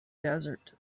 desert